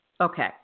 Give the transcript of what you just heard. Okay